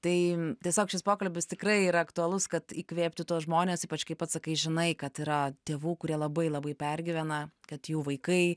tai tiesiog šis pokalbis tikrai yra aktualus kad įkvėpti tuos žmones ypač kai pats sakai žinai kad yra tėvų kurie labai labai pergyvena kad jų vaikai